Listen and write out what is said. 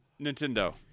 Nintendo